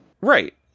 Right